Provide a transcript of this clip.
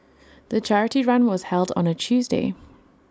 the charity run was held on A Tuesday